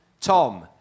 Tom